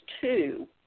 two